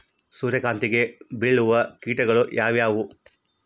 ಸೂರ್ಯಕಾಂತಿಗೆ ಬೇಳುವಂತಹ ಕೇಟಗಳು ಯಾವ್ಯಾವು?